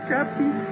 Captain